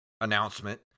announcement